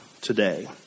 today